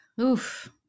Oof